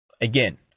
Again